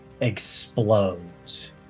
Explodes